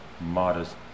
modest